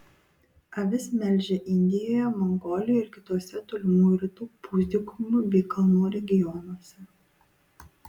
avis melžia indijoje mongolijoje ir kituose tolimųjų rytų pusdykumių bei kalnų regionuose